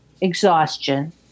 exhaustion